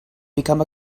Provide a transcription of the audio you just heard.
become